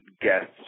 guests